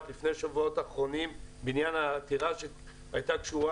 בשבועות האחרונים בעניין העתירה שהייתה קשורה